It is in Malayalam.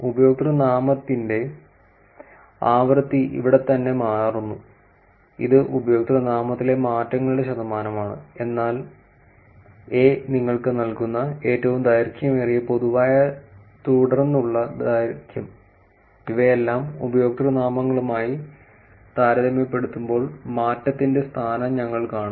ഉപയോക്തൃനാമത്തിന്റെ ആവൃത്തി ഇവിടെത്തന്നെ മാറുന്നു ഇത് ഉപയോക്തൃനാമത്തിലെ മാറ്റങ്ങളുടെ ശതമാനമാണ് അതിനാൽ എ നിങ്ങൾക്ക് നൽകുന്ന ഏറ്റവും ദൈർഘ്യമേറിയ പൊതുവായ തുടർന്നുള്ള ദൈർഘ്യം ഇവയെല്ലാം ഉപയോക്തൃനാമങ്ങളുമായി താരതമ്യപ്പെടുത്തുമ്പോൾ മാറ്റത്തിന്റെ സ്ഥാനം ഞങ്ങൾ കാണും